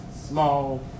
small